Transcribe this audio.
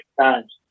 times